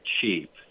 cheap